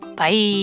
Bye